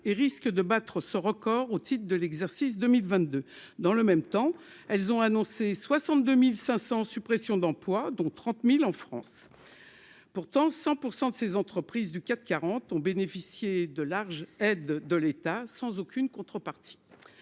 et risque de battre ce record au titre de l'exercice 2022, dans le même temps, elles ont annoncé 62500 suppressions d'emplois, dont 30000 en France, pourtant 100 % de ces entreprises du CAC 40 ont bénéficié de larges aide de l'État, sans aucune contrepartie,